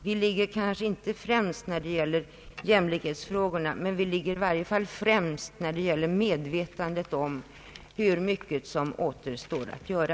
Vi ligger kanske inte främst när det gäller jämlikhetsfrågorna, men vi ligger i var je fall främst när det gäller medvetandet om hur mycket som återstår att göra.